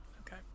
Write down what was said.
Okay